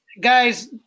guys